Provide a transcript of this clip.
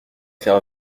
faire